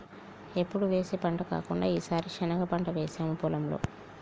ఎప్పుడు వేసే పంట కాకుండా ఈసారి శనగ పంట వేసాము పొలంలో